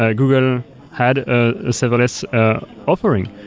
ah google had a serverless offering.